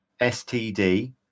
STD